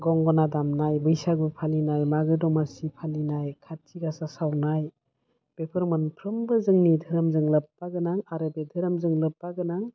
गंगोना दामनाय बैसागु फालिनाय मागो दमासि फालिनाय काति गासा सावनाय बेफोर मोनफ्रोमबो जोंनि दोहोरोमजों लोब्बा गोनां आरो बे दोहोरोमजों लोब्बा गोनां